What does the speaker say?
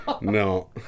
No